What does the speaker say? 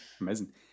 amazing